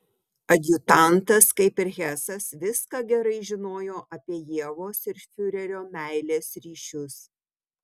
adjutantas kaip ir hesas viską gerai žinojo apie ievos ir fiurerio meilės ryšius